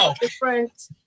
different